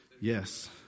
yes